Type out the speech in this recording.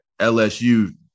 LSU